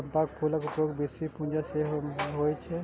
चंपाक फूलक उपयोग बेसी पूजा मे होइ छै